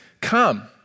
Come